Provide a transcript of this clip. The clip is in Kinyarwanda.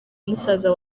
musaza